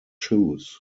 shoes